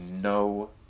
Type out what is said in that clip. no